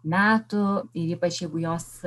metų ypač jeigu jos